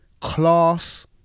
class